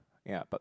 ya but